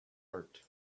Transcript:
art